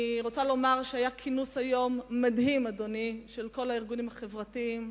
אני רוצה לומר שהיה היום כינוס מדהים של כל הארגונים החברתיים.